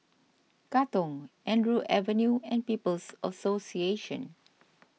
Katong Andrew Avenue and People's Association